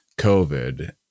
COVID